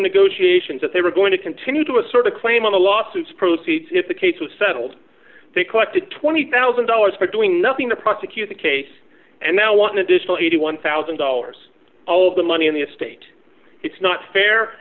goshi ations that they were going to continue to assert a claim on the lawsuits proceeds if the case was settled they collected twenty thousand dollars but doing nothing to prosecute the case and now want additional eighty one thousand dollars all the money in the state it's not fair